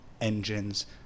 engines